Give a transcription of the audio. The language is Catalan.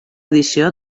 edició